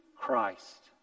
Christ